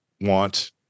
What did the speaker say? want